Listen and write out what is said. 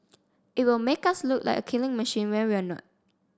it will make us look like a killing machine when we're not